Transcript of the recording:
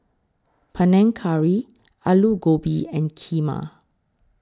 Panang Curry Alu Gobi and Kheema